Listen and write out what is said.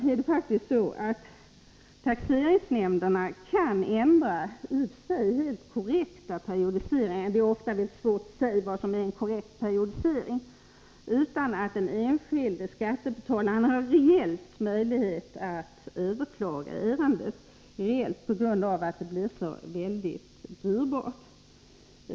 Det är faktiskt så att taxeringsnämnderna kan ändra en i och för sig helt korrekt periodisering — även om det ofta är väldigt svårt att säga vad som är en korrekt periodisering — utan att den enskilde skattebetalaren har någon reell möjlighet att överklaga ärendet på grund av att det blir så dyrbart.